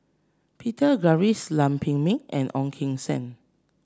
Peter Gilchrist Lam Pin Min and Ong Keng Sen